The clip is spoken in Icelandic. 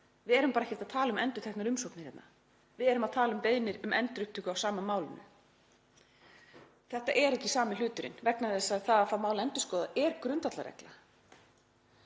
Við erum ekkert að tala um endurteknar umsóknir hérna. Við erum að tala um beiðnir um endurupptöku á sama málinu. Þetta er ekki sami hluturinn vegna þess að það að fá mál endurskoðað er grundvallarregla.